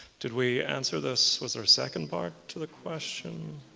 did we answer this? was there a second part to the question?